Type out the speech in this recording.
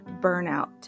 burnout